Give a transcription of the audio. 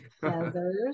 Feathers